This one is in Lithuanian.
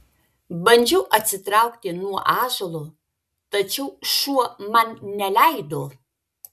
bandžiau atsitraukti nuo ąžuolo tačiau šuo man neleido